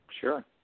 Sure